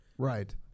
Right